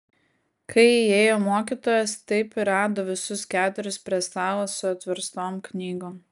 kai įėjo mokytojas taip ir rado visus keturis prie stalo su atverstom knygom